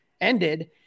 ended